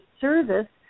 service